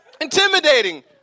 Intimidating